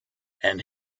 and